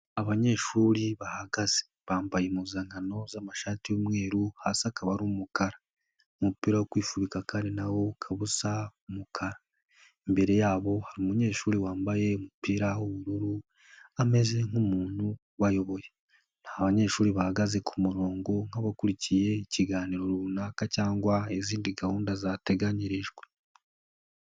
Abanyeshuri bahagaze bambaye impuzankano z'amashati y'umweru hasi akaba ari umukara. Umupira wo kwifubika kandi na wo ukaba usa umukara. Imbere yabo hari umunyeshuri wambaye umupira w'ubururu ameze nk'umuntu ubayoboye. Ni abanyeshuri bahagaze ku murongo nkabakurikiye ikiganiro runaka cyangwa izindi gahunda zateganyirijwe.